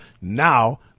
Now